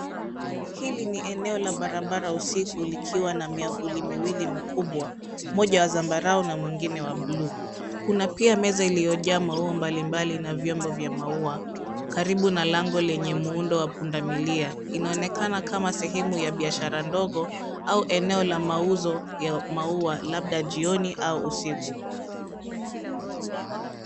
Hili ni eneo la barabara usiku likiwa na miavuli miwili mikubwa, moja wa zambarau na mwingine wa blue . Kuna pia meza iliyojaa maua mbalimbali na vyombo vya maua, karibu na lango lenye muundo wa pundamilia. Inaonekana kama sehemu ya biashara ndogo, au eneo la mauzo ya maua, labda jioni au usiku.